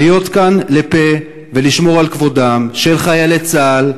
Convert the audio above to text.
להיות כאן לפה ולשמור על כבודם של חיילי צה"ל,